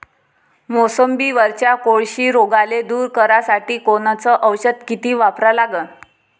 मोसंबीवरच्या कोळशी रोगाले दूर करासाठी कोनचं औषध किती वापरा लागन?